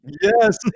Yes